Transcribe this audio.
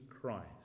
Christ